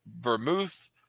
vermouth